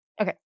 Okay